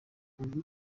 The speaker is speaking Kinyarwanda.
ubu